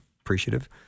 appreciative